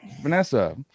Vanessa